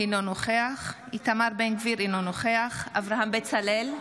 אינו נוכח איתמר בן גביר, אינו נוכח אברהם בצלאל,